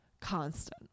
constant